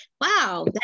Wow